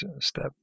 step